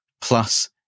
plus